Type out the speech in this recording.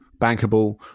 bankable